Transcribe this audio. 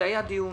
היה פה דיון,